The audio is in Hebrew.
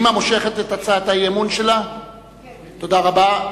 תודה רבה.